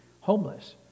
homeless